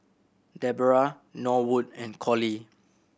Debera Norwood and Colie